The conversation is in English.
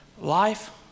life